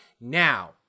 Now